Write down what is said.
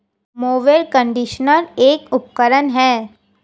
mower conditioner एक उपकरण है